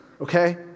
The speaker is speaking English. okay